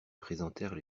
présentèrent